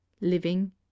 living